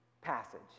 passage